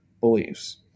beliefs